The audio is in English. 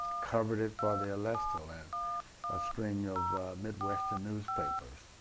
covered it for the alestle and a string of midwestern newspapers.